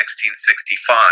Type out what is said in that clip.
1665